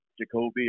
Jacoby